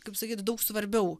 kaip sakyt daug svarbiau